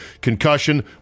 Concussion